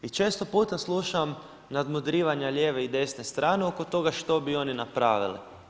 I često puta slušam nadmudrivanja lijeve i desne strane oko toga što bi oni napravili.